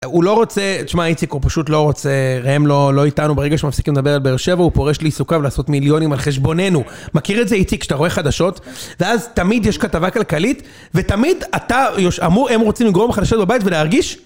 הוא לא רוצה, תשמע איציק, הוא פשוט לא רוצה, הם לא איתנו ברגע שמפסיקים לדבר על באר שבע, הוא פורש לעיסוקיו לעשות מיליונים על חשבוננו. מכיר את זה איציק, כשאתה רואה חדשות, ואז תמיד יש כתבה כלכלית, ותמיד אתה, הם רוצים לגרום לך לשבת בבית ולהרגיש.